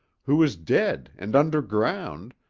who is dead and underground,